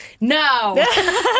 No